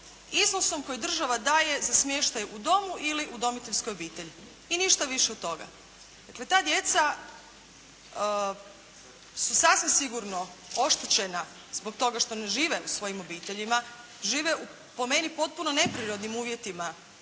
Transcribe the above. iznosom koji država daje za smještaj u domu ili udomiteljskoj obitelji? I ništa više od toga. Dakle ta djeca su sasvim sigurno oštećena zbog toga što ne žive u svojim obiteljima, žive u, po meni, potpuno neprirodnim uvjetima